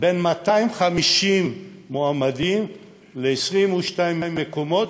בין 250 מועמדים ל-22 מקומות,